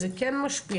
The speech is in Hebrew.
זה כן משפיע,